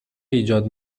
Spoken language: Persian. ایجاد